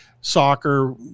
soccer